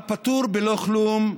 אבל פטור בלא כלום,